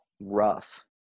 rough